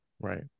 right